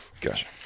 gotcha